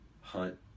hunt